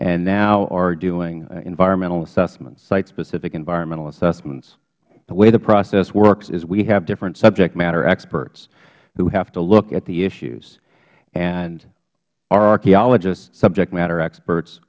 and now are doing environmental assessment sitespecific environmental assessments the way the process works is we have different subject matter experts who have to look at the issues and our archeologists subject matter experts